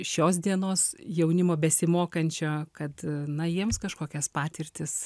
šios dienos jaunimo besimokančio kad na jiems kažkokias patirtis